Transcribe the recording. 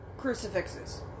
crucifixes